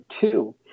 two